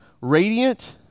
radiant